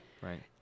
right